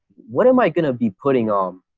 what am i going to be putting on?